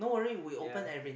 ya